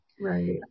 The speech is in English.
Right